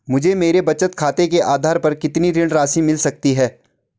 मुझे मेरे बचत खाते के आधार पर कितनी ऋण राशि मिल सकती है?